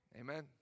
Amen